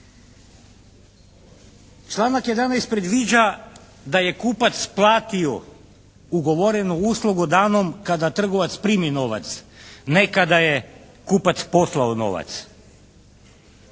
Članak 11. predviđa da je kupac platio ugovorenu uslugu danom kada trgovac primi novac. Nekada je kupac poslao novac.